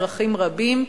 אזרחים רבים,